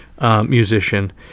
musician